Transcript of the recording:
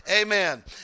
amen